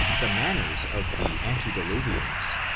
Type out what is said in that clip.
the manners of the antediluvians,